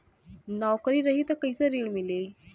नौकरी रही त कैसे ऋण मिली?